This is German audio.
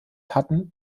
hatten